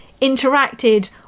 interacted